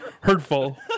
hurtful